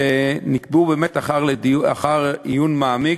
והם נקבעו באמת אחר עיון מעמיק,